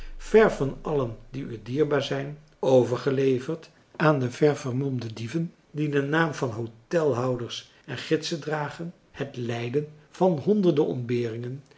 ver van allen die u dierbaar zijn overgeleverd aan de ververmomde dieven die den naam van hotelhouders en gidsen dragen het lijden van honderden ontberingen